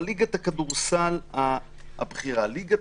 אבל ליגת הכדורסל הבכירה וליגת